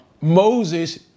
Moses